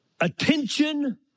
Attention